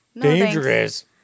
Dangerous